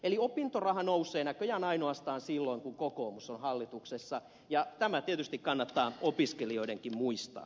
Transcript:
eli opintoraha nousee näköjään ainoastaan silloin kun kokoomus on hallituksessa ja tämä tietysti kannattaa opiskelijoidenkin muistaa